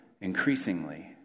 increasingly